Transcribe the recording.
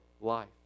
life